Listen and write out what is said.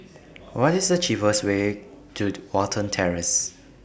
What IS The cheapest Way to Watten Terrace